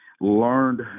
learned